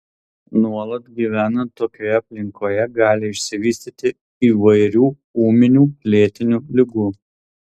nuolat gyvenant tokioje aplinkoje gali išsivystyti įvairių ūminių lėtinių ligų